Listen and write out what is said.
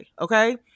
Okay